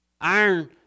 Iron